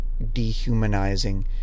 dehumanizing